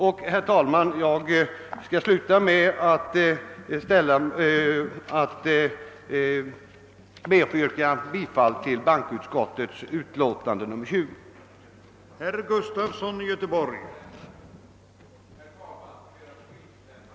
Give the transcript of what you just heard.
Jag ber till slut att få yrka bifall till bankoutskottets hemställan i dess utlåtande nr 20.